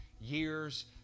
years